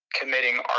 committing